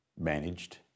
managed